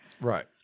Right